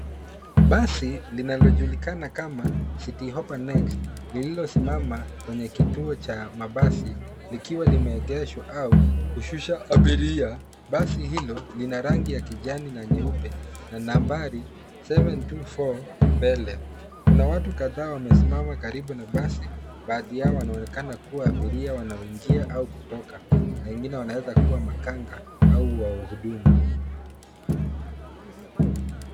Basi linalojulikana kama city hopper next lililosimama kwenye kituo cha mabasi likiwa limeegeshwa au kushusha abiria basi hilo lina rangi ya kijani na nyeupe na nambari 724 mbele. Kuna watu kadhaa wamesimama karibu na basi baadhi yao wanaonekana kuwa abiria wanaoingia au kutoka na wengine wanaeza kuwa makanga au wahudumu.